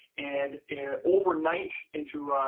and and overnight into,